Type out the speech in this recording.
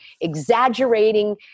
exaggerating